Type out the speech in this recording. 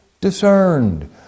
discerned